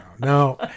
no